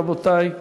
רבותי.